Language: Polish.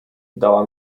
dała